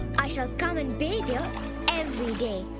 i shall come and bathe here every day.